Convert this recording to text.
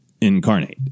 incarnate